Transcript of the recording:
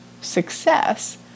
success